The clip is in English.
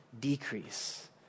decrease